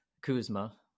Kuzma